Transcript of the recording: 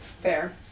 Fair